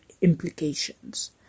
implications